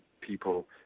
people